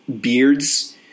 beards